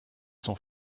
sont